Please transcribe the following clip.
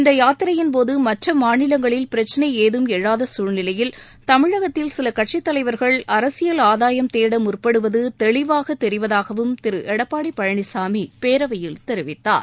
இந்த யாத்திரையின்போது மற்ற மாநிலங்களில் பிரச்சினை ஏதும் எழாத சூழ்நிலையில் தமிழகத்தில் சில கட்சித்தலைவர்கள் அரசியல் ஆதாயம் தேட முற்படுவது தெளிவாக தெரிவதாகவும் திரு எடப்பாடி பழனிசாமி பேரவையில் தெரிவித்தார்